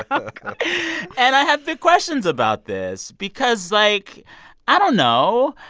um and i have big questions about this because, like i don't know.